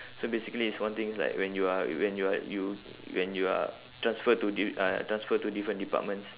so basically it's one thing it's like when you are when you are you when you are transferred to di~ uh transferred to the different departments